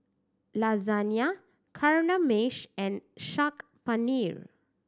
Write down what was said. Lasagna Kamameshi and Saag Paneer